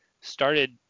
started